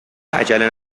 عجله